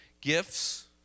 gifts